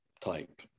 type